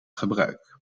gebruik